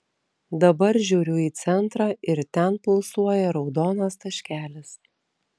dabar žiūriu į centrą ir ten pulsuoja raudonas taškelis